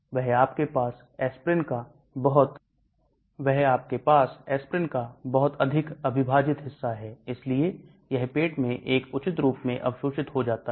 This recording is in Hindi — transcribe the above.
वह आपके पास Aspirin का बहुत अधिक अविभाजित हिस्सा है इसलिए यह पेंट में एक उचित रूप से अवशोषित हो जाता है